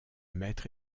maître